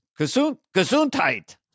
gesundheit